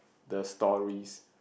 the stories